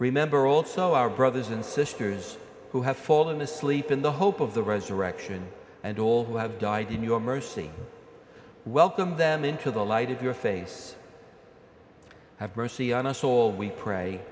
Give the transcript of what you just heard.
remember also our brothers and sisters who have fallen asleep in the hope of the resurrection and all who have died in your mercy welcomed them into the light of your face have mercy on us all we pray